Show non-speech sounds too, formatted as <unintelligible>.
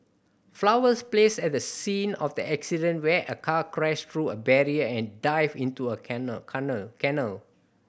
flowers placed at the scene of the accident where a car crashed through a barrier and dived into a <unintelligible> canal <unintelligible>